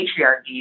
patriarchy